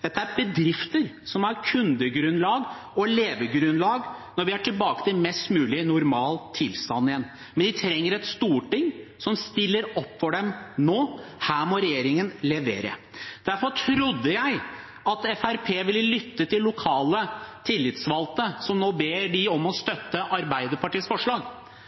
Dette er bedrifter som har kundegrunnlag og levegrunnlag når vi er tilbake til mest mulig normal tilstand igjen. Vi trenger et storting som stiller opp for dem nå. Her må regjeringen levere. Derfor trodde jeg at Fremskrittspartiet ville lytte til lokale tillitsvalgte som nå ber dem om å støtte Arbeiderpartiets forslag.